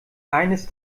eines